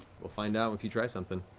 we'll find out if you try something.